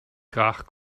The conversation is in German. krach